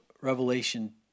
Revelation